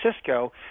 Cisco